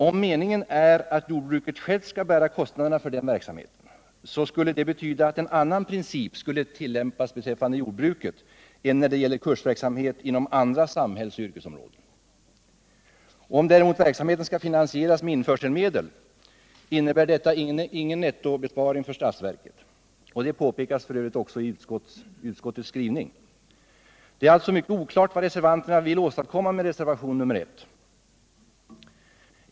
Om meningen är att jordbruket självt skall bära kostnaderna för denna verksamhet, skulle det betyda att en annan princip komme att tillämpas för jordbruket än för kursverksamhet inom andra samhällsoch yrkesområden. Om däremot verksamheten skall finansieras med införselmedel, innebär detta ingen nettobesparing för statsverket. Det påpekas f. ö. också i utskottets skrivning. Det är alltså mycket oklart vad reservanterna vill åstadkomma med reservationen 1.